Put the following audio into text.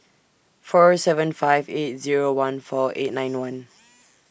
four seven five eight Zero one four eight nine one